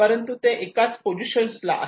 परंतु ते एकाच पोझिशनला आहेत